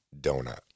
donut